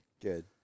Good